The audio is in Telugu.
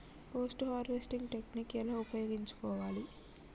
పోస్ట్ హార్వెస్టింగ్ టెక్నిక్ ఎలా ఉపయోగించుకోవాలి?